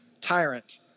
tyrant